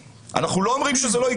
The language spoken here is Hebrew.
אנחנו לא אומרים שזה לא יקרה,